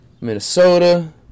Minnesota